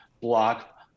block